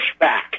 pushback